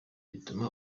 bituma